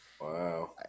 Wow